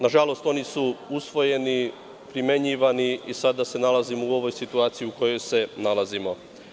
Nažalost, oni su usvojeni, primenjivani i sada se nalazimo u ovoj situaciji u kojoj se nalazimo.